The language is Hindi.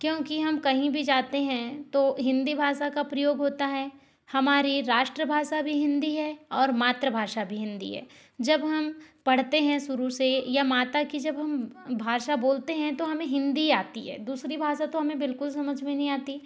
क्योंकि हम कहीं भी जाते हैं तो हिंदी भाषा का प्रयोग होता है हमारी राष्ट्र भाषा भी हिंदी है और मातृभाषा भी हिंदी है जब हम पढ़ते हैं शुरू से या माता की जब हम भाषा बोलते हैं तो हमें हिंदी आती है दूसरी भाषा तो हमें बिलकुल समझ में नहीं आती